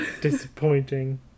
Disappointing